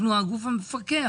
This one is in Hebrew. אנחנו הגוף המפקח.